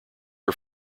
are